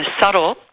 subtle